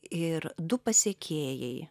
ir du pasekėjai